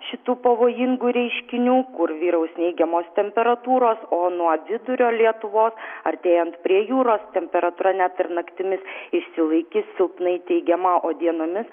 šitų pavojingų reiškinių kur vyraus neigiamos temperatūros o nuo vidurio lietuvos artėjant prie jūros temperatūra net ir naktimis išsilaikys silpnai teigiama o dienomis